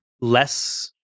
less